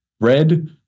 Red